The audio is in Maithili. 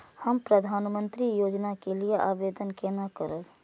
हम प्रधानमंत्री योजना के लिये आवेदन केना करब?